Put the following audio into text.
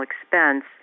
expense